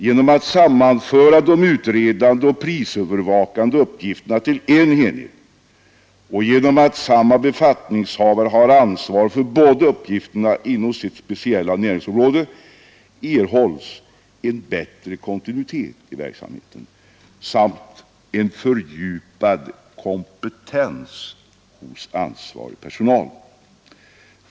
Genom att sammanföra de utredande och de prisövervakande uppgifterna till en enhet och genom att samma befattningshavare har ansvar för båda uppgifterna inom sitt speciella näringsområde erhålls en bättre kontinuitet i verksamheten samt en fördjupad kompetens hos ansvarig personal.